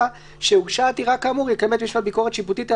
שהדבר הזה יקבל את הדחיפות.